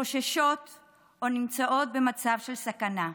וחוששות או נמצאות במצב של סכנה.